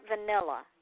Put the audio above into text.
vanilla